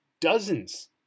dozens